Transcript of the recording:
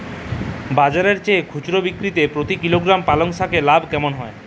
বাজারের চেয়ে খুচরো বিক্রিতে প্রতি কিলোগ্রাম পালং শাকে লাভ কেমন হয়?